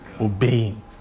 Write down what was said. obeying